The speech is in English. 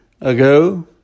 ago